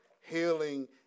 healing